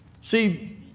See